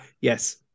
Yes